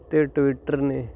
ਅਤੇ ਟਵਿਟਰ ਨੇ